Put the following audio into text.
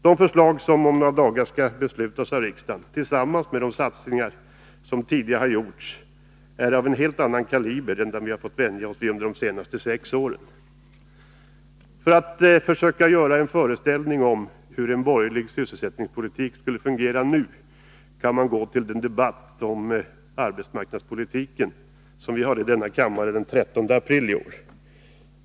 De förslag som om några dagar skall beslutas i riksdagen är, tillsammans med de satsningar som tidigare har gjorts, av en helt annan kaliber än de vi har fått vänja oss vid under de senaste sex åren. För att försöka få en föreställning om hur en borgerlig sysselsättningspolitik skulle fungera nu kan man gå till den debatt om arbetsmarknadspolitiken som vi hade i denna kammare den 13 april i år.